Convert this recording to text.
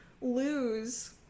lose